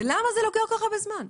ולמה זה לוקח כל כך הרבה זמן?